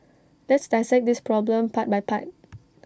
let's dissect this problem part by part